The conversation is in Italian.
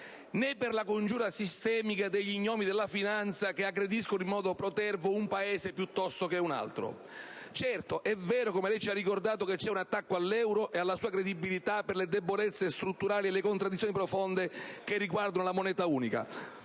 né per la congiura sistemica degli gnomi della finanza, che aggrediscono in modo protervo un Paese piuttosto che un altro. Certo, è vero - come lei ci ha ricordato - che c'è un attacco all'euro e alla sua credibilità per le debolezze strutturali e le contraddizioni profonde che riguardano la moneta unica,